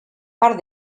part